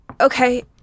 okay